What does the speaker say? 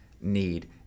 need